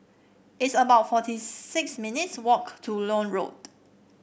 it's about forty six minutes' walk to Lloyd Road